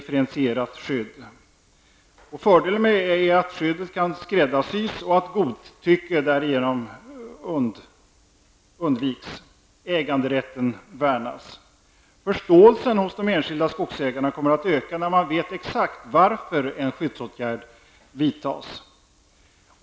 Fördelen är att skyddet kan skräddarsys och att godtycke därigenom förhindras. Äganderätten värnas. Förståelsen hos enskilda skogsägare kommer att öka när man vet exakt varför en skyddsåtgärd vidtas.